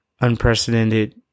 unprecedented